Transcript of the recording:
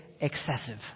excessive